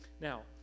Now